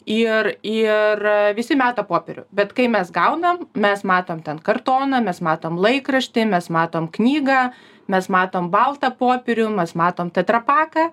ir ir visi meta popierių bet kai mes gaunam mes matom ten kartoną mes matom laikraštį mes matom knygą mes matom baltą popierių mes matom tetrapaką